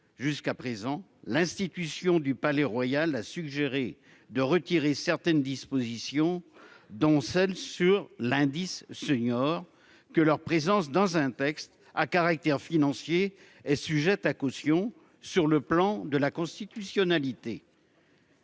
jusqu'à présent l'institution du Palais Royal a suggéré de retirer certaines dispositions dont celle sur l'indice seniors que leur présence dans un texte à caractère financier est sujette à caution. Sur le plan de la constitutionnalité.